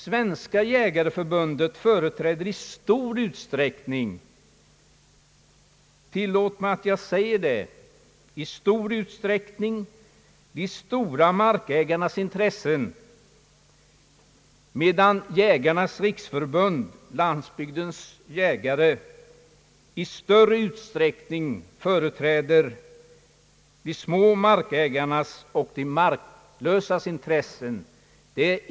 Svenska jägareförbundet företräder i stor utsträckning — tillåt mig säga det — de stora markägarnas intressen, medan Jägarnas riksförbund Landsbygdens jägare i större utsträckning företräder de små markägarnas och de marklösas intressen.